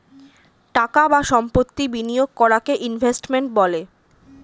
টাকা বা সম্পত্তি বিনিয়োগ করাকে ইনভেস্টমেন্ট বলে